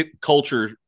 culture